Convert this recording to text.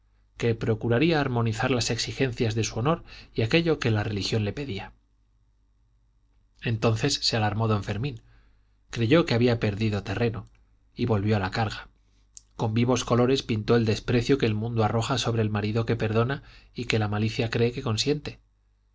que procuraría armonizar las exigencias de su honor y aquello que la religión le pedía entonces se alarmó don fermín creyó que había perdido terreno y volvió a la carga con vivos colores pintó el desprecio que el mundo arroja sobre el marido que perdona y que la malicia cree que consiente